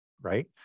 right